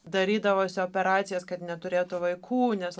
darydavosi operacijas kad neturėtų vaikų nes